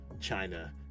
China